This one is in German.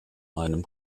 einem